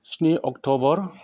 स्नि अक्टबर